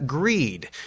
Greed